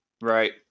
right